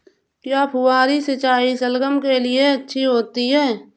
क्या फुहारी सिंचाई शलगम के लिए अच्छी होती है?